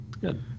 Good